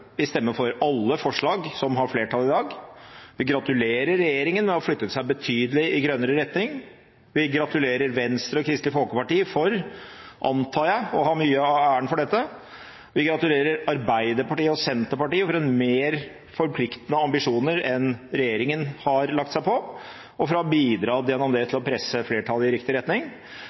Vi stemmer for alle forslag som har flertall i dag. Vi gratulerer regjeringen med å ha flyttet seg betydelig i grønnere retning. Vi gratulerer Venstre og Kristelig Folkeparti med – antar jeg – å ha mye av æren for dette. Vi gratulerer Arbeiderpartiet og Senterpartiet med å ha mer forpliktende ambisjoner enn regjeringen har lagt seg på, og med gjennom det å ha bidratt til å presse flertallet i riktig retning.